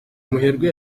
muherwe